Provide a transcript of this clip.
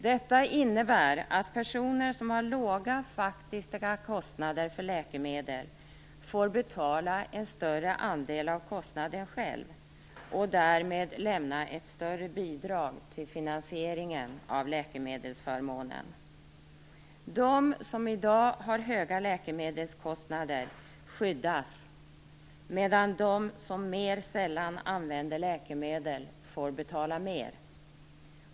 Detta innebär att personer som har låga faktiska kostnader för läkemedel själva får betala en större andel av kostnaden och därmed lämna ett större bidrag till finansieringen av läkemedelsförmånen. De som i dag har höga läkemedelskostnader skyddas medan de som mer sällan använder läkemedel får betala mer.